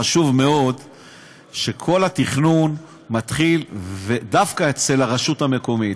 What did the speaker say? חשוב מאוד שכל התכנון מתחיל דווקא אצל רשות המקומית.